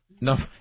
No